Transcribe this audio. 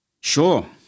Sure